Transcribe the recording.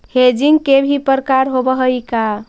Hedging के भी प्रकार होवअ हई का?